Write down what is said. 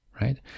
right